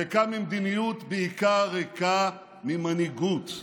ריקה ממדיניות, ובעיקר ריקה ממנהיגות.